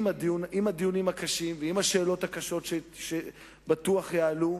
עם הדיונים הקשים ועם השאלות הקשות שבטוח יעלו,